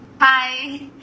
hi